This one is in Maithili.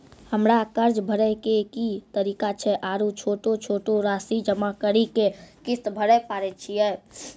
हमरा कर्ज भरे के की तरीका छै आरू छोटो छोटो रासि जमा करि के किस्त भरे पारे छियै?